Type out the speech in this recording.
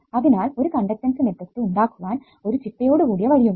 അതിനാൽ ഒരു conductance matrix ഉണ്ടാക്കുവാൻ ഒരു ചിട്ടയോടുകൂടിയ വഴി ഉണ്ട്